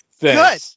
Good